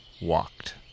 walked